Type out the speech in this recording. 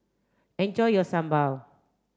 enjoy your Sambal